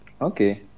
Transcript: okay